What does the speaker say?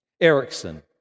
Erickson